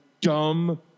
dumb